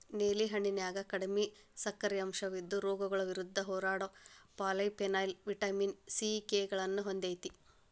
ನೇಲಿ ಹಣ್ಣಿನ್ಯಾಗ ಕಡಿಮಿ ಸಕ್ಕರಿ ಅಂಶವಿದ್ದು, ರೋಗಗಳ ವಿರುದ್ಧ ಹೋರಾಡೋ ಪಾಲಿಫೆನಾಲ್, ವಿಟಮಿನ್ ಸಿ, ಕೆ ಗಳನ್ನ ಹೊಂದೇತಿ